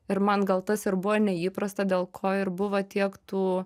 ir man gal tas ir buvo neįprasta dėl ko ir buvo tiek tų